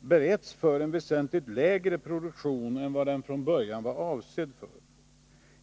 beretts för en väsentligt lägre produktion än vad den från början var avsedd för.